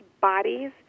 bodies